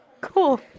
cool